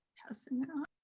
passing now.